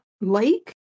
lake